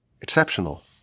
exceptional